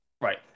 right